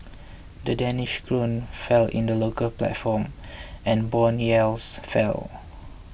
the Danish krone fell in the local platform and bond yields fell